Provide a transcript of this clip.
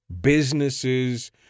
businesses